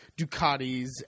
Ducatis